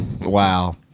Wow